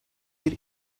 bir